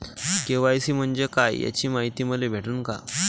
KYC म्हंजे काय याची मायती मले भेटन का?